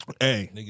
Hey